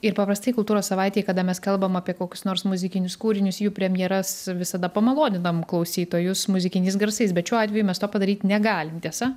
ir paprastai kultūros savaitėj kada mes kalbam apie kokius nors muzikinius kūrinius jų premjeras visada pamaloninam klausytojus muzikiniais garsais bet šiuo atveju mes to padaryt negalim tiesa